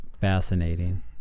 fascinating